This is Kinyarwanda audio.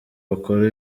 bakora